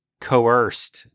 coerced